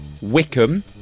Wickham